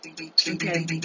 Okay